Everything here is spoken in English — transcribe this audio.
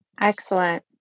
Excellent